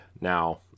now